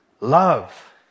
Love